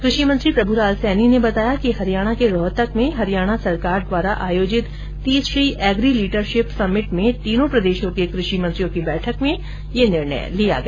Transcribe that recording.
कृषि मंत्री प्रभुलाल सैनी ने बताया कि हरियाणा के रोहतक में हरियाणा सरकार द्वारा आयोजित तीसरी एग्रीलीडरशिप समिट में तीनों प्रदेशों के कृषि मंत्रियों की बैठक में यह निर्णय लिया गया